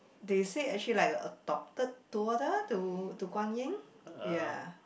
they said actually like adopted daughter to to Guan-Yin ya